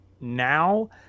now